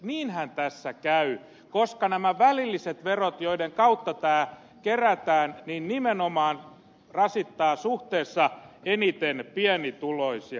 niinhän tässä käy koska nämä välilliset verot joiden kautta tämä kerätään nimenomaan rasittavat suhteessa eniten pienituloisia